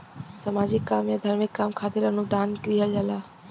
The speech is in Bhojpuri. सामाजिक काम या धार्मिक काम खातिर अनुदान दिहल जाला